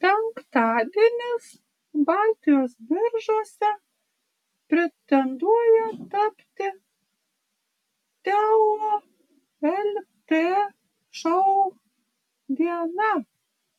penktadienis baltijos biržose pretenduoja tapti teo lt šou diena